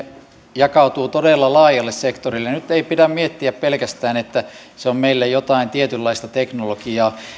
jakautuvat todella laajalle sektorille nyt ei pidä miettiä pelkästään että se on meille jotain tietynlaista teknologiaa